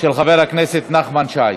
חבר הכנסת נחמן שי,